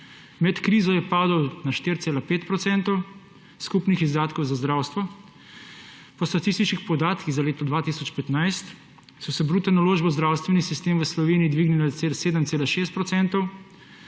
med krizo je padel na 4,5 % skupnih izdatkov za zdravstvo, po statističnih podatkih za leto 2015 so se bruto naložbe v zdravstveni sistem v Sloveniji dvignile za 7,6 %,